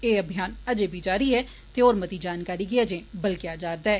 एह् अभियान अजें बी जारी ऐ ते होर मती जानकारी गी बलगेआ जा'रदा ऐ